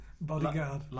bodyguard